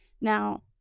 Now